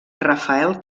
rafael